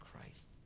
Christ